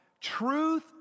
Truth